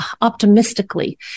optimistically